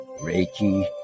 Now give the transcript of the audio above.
Reiki